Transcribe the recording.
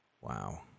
Wow